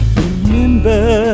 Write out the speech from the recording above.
remember